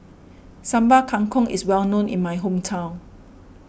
Sambal Kangkong is well known in my hometown